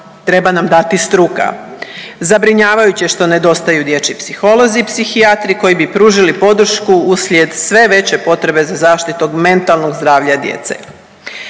treba nam dati struka. Zabrinjavajuće je što nedostaje dječji psiholozi, psihijatri koji bi pružili podršku uslijed sve veće potrebe za zaštitom mentalnog zdravlja djece.